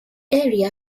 area